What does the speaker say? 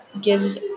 gives